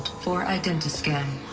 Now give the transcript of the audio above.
for identiscan